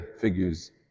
figures